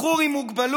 בחור עם מוגבלות